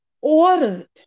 ordered